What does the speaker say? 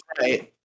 right